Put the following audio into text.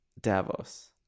Davos